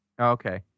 Okay